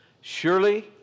Surely